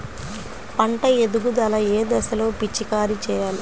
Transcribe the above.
పంట ఎదుగుదల ఏ దశలో పిచికారీ చేయాలి?